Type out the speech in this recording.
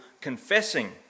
confessing